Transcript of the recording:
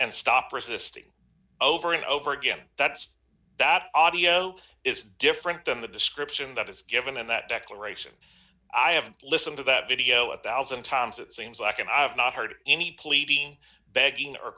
and stop resisting over and over again that's that audio is different than the description that is given in that declaration i haven't listened to that video what one thousand times it seems like and i have not heard any pleading begging